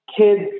kids